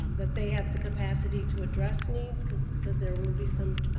um that they have the capacity to address needs because because there will be some